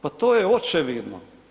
Pa to je očevidno.